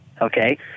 okay